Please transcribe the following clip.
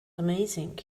amazing